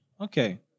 Okay